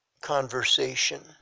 conversation